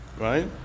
right